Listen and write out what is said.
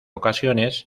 ocasiones